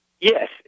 Yes